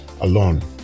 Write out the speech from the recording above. alone